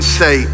say